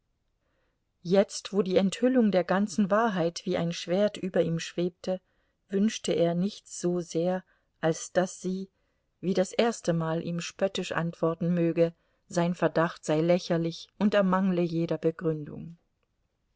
jetzt wo die enthüllung der ganzen wahrheit wie ein schwert über ihm schwebte wünschte er nichts so sehr als daß sie wie das erste mal ihm spöttisch antworten möge sein verdacht sei lächerlich und ermangle jeder begründung